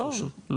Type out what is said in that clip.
לא,